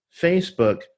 Facebook